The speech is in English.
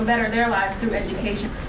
better their lives through education.